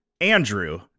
Andrew